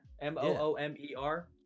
m-o-o-m-e-r